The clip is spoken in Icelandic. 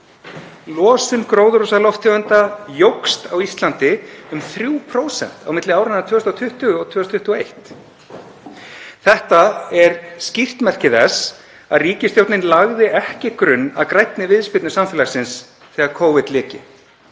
Losun gróðurhúsalofttegunda jókst á Íslandi um 3% á milli áranna 2020–2021. Þetta er skýrt merki þess að ríkisstjórnin lagði ekki grunn að grænni viðspyrnu samfélagsins þegar Covid lyki.